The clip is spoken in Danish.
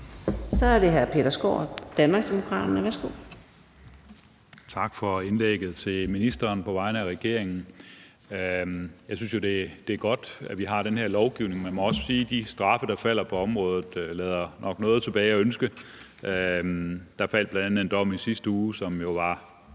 Så er det hr. Peter Skaarup, Danmarksdemokraterne.